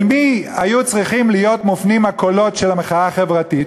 אל מי היו צריכים להיות מופנים הקולות של המחאה החברתית?